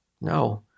no